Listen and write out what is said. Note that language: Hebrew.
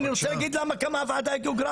אני רוצה להגיד למה קמה הוועדה הגיאוגרפית.